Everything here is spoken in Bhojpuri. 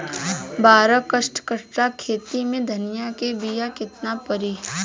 बारह कट्ठाखेत में धनिया के बीया केतना परी?